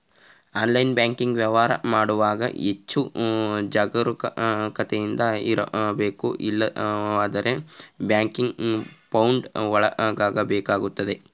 online banking ವ್ಯವಹಾರ ಮಾಡುವಾಗ ಹೆಚ್ಚು ಜಾಗರೂಕತೆಯಿಂದ ಇರಬೇಕು ಇಲ್ಲವಾದರೆ ಬ್ಯಾಂಕಿಂಗ್ ಫ್ರಾಡ್ ಒಳಗಾಗಬೇಕಾಗುತ್ತದೆ